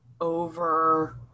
over